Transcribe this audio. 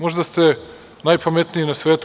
Možda ste najpametniji na svetu.